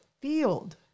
field